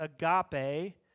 agape